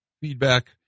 feedback